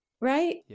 Right